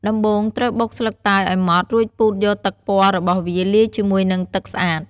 ដំបូងត្រូវបុកស្លឹកតើយឲ្យម៉ដ្ឋ រួចពូតយកទឹកពណ៌របស់វាលាយជាមួយនិងទឹកស្អាត។